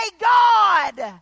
God